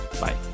Bye